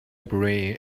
brain